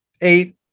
eight